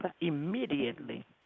immediately